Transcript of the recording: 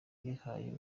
wihaye